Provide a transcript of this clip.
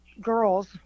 girls